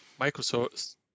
Microsoft